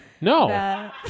No